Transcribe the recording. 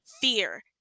fear